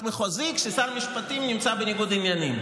מחוזיים כששר משפטים ונמצא בניגוד עניינים?